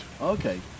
Okay